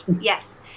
Yes